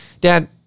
dad